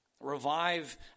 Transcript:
Revive